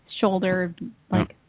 shoulder-like